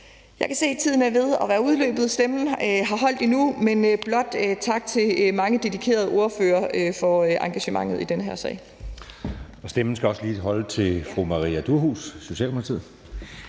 Jeg kan se, at tiden er ved at være udløbet. Stemmen har holdt endnu. Men jeg vil blot sige tak til mange dedikerede ordførere for engagementet i den her sag. Kl. 10:42 Anden næstformand (Jeppe Søe): Stemmen skal også lige holde til fru Maria Durhuus, Socialdemokratiet.